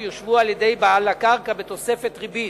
יושבו על-ידי בעל הקרקע בתוספת ריבית.